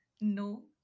No